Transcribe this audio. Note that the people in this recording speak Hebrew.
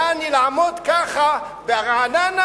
יעני לעמוד ככה ברעננה,